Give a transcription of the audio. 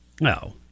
No